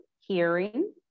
hearing